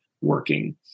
working